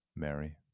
Mary